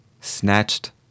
Snatched